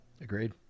agreed